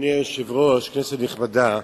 אדוני היושב-ראש, כנסת נכבדה,